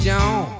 John